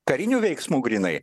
karinių veiksmų grynai